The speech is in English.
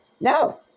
No